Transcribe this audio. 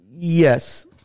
Yes